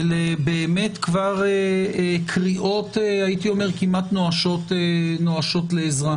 באמת כבר קריאות, הייתי אומר "כמעט נואשות לעזרה".